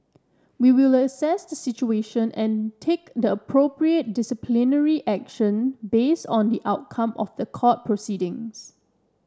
we will assess the situation and take the appropriate disciplinary action based on the outcome of the court proceedings